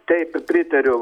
taip pritariu